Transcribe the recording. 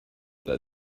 that